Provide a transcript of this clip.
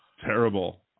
terrible